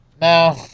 no